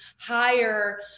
higher